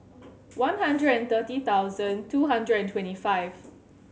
one hundred and thirty thousand two hundred and twenty five